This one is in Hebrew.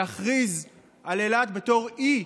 להכריז על אילת בתור אי,